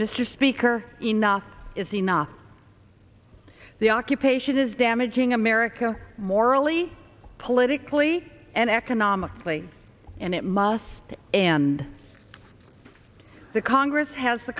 mr speaker enough is enough the occupation is damaging america morally politically and economically and it must and the congress has the